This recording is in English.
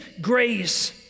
grace